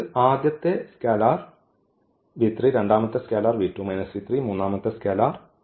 അതിൽ ആദ്യത്തെ സ്കാലാർ രണ്ടാമത്തെ സ്കാലാർ മൂന്നാമത്തെ സ്കാലാർ